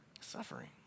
Suffering